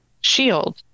shield